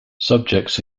subjects